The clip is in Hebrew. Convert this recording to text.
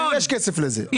ויש כסף לזה.